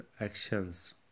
actions